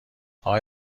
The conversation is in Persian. آقای